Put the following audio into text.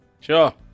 Sure